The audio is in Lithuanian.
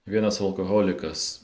vienas alkoholikas